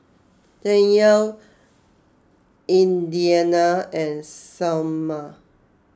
Danyell Indiana and Salma